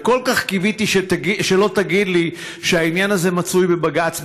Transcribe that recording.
וכל כך קיוויתי שלא תגיד לי שהעניין הזה מצוי בבג"ץ,